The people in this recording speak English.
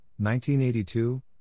1982